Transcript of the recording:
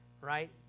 right